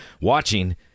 watching